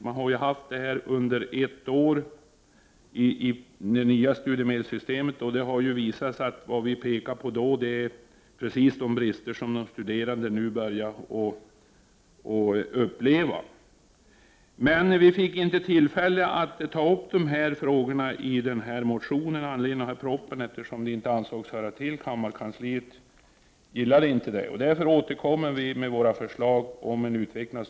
Det har funnits med under ett år i det nya studiemedelssystemet. Det har visat sig att de saker som vi pekade på då är just de brister som de studerande nu börjar uppleva. Vi fick dock inte tillfälle att ta upp dessa frågor i motionen med anledning av denna proposition, eftersom det inte ansågs höra till. Kammarkansliet tyckte inte om det. Därför kommer vi att återkomma i januari med våra för — Prot.